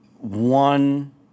one